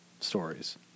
stories